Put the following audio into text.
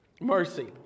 Mercy